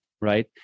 Right